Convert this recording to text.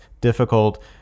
difficult